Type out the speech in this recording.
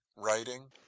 writing